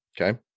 Okay